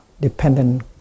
dependent